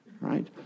Right